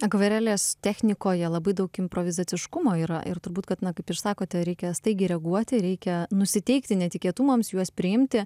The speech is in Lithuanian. akvarelės technikoje labai daug improvizaciškumo yra ir turbūt kad na kaip ir sakote reikia staigiai reaguoti reikia nusiteikti netikėtumams juos priimti